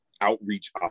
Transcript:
outreach